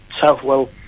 southwell